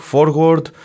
Forward